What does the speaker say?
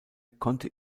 konnte